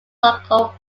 local